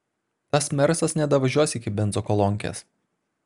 tas mersas nedavažiuos iki bezokolonkės